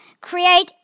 create